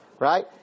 right